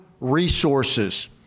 resources